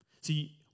See